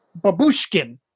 Babushkin